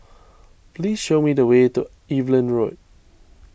please show me the way to Evelyn Road